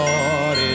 Lord